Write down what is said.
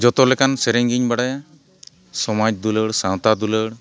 ᱡᱚᱛᱚ ᱞᱮᱠᱟᱱ ᱥᱮᱨᱮᱧ ᱜᱤᱧ ᱵᱟᱲᱟᱭᱟ ᱥᱚᱢᱟᱡᱽ ᱫᱩᱞᱟᱹᱲ ᱥᱟᱶᱛᱟ ᱫᱩᱞᱟᱹᱲ